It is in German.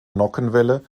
nockenwelle